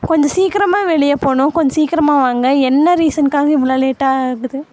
கொஞ்சம் சீக்கிரமாக வெளிய போகணும் கொஞ்சம் சீக்கிரமா வாங்க என்ன ரீசன்க்காக இவ்வளோ லேட்டா ஆகுது